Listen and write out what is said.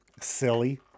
silly